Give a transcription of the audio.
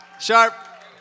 Sharp